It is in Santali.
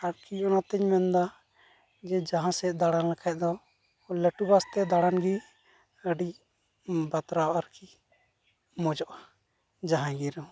ᱟᱨᱠᱤ ᱚᱱᱟᱛᱮᱧ ᱢᱮᱱᱫᱟ ᱡᱮ ᱡᱟᱦᱟᱸ ᱥᱮᱫ ᱫᱟᱬᱟ ᱞᱮᱠᱷᱟᱱ ᱫᱚ ᱞᱟᱹᱴᱩ ᱵᱟᱥᱛᱮ ᱫᱟᱬᱟᱱ ᱜᱮ ᱟᱹᱰᱤ ᱵᱟᱛᱨᱟᱣ ᱟᱨᱠᱤ ᱢᱚᱡᱚᱜᱼᱟ ᱡᱟᱦᱟᱸᱜᱮ ᱨᱮᱦᱚᱸ